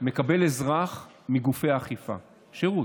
מקבל אזרח מגופי האכיפה שירות.